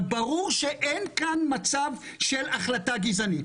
ברור שאין כאן מצב של החלטה גזענית.